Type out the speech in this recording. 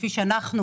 כפי שאנחנו